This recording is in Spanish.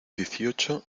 dieciocho